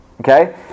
okay